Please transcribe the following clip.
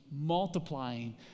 multiplying